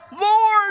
Lord